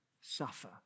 suffer